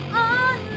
on